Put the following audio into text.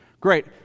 Great